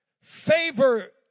favor